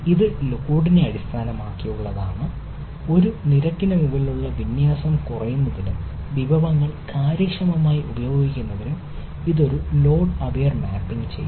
ഇത് ലോഡിനെ അടിസ്ഥാനമാക്കിയുള്ളതാണ് ഒരു നിരക്കിന് മുകളിലുള്ള വിന്യാസം കുറയ്ക്കുന്നതിനും വിഭവങ്ങൾ കാര്യക്ഷമമായി ഉപയോഗിക്കുന്നതിനും ഇത് ഒരു ലോഡ് അവേർ മാപ്പിംഗ് ചെയ്യുന്നു